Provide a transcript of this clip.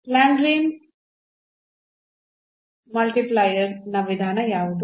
ಲ್ಯಾಗ್ರೇಂಜ್ನ multiplier Lagrange's multiplier ನ ವಿಧಾನ ಯಾವುದು